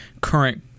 current